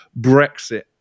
brexit